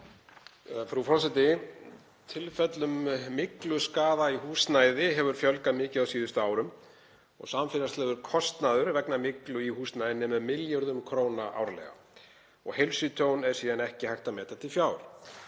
Frú forseti. Tilfellum um mygluskaða í húsnæði hefur fjölgað mikið á síðustu árum og samfélagslegur kostnaður vegna myglu í húsnæði nemur milljörðum króna árlega og heilsutjón er síðan ekki hægt að meta til fjár.